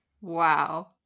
Wow